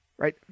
right